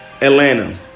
Atlanta